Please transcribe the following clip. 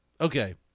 Okay